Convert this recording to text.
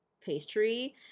pastry